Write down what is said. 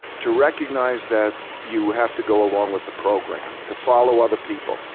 to recognize that you have to go along with the program, to follow other people.